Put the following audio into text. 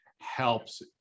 helps